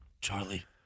Charlie